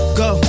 go